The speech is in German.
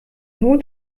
nun